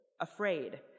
afraid